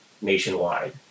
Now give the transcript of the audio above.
nationwide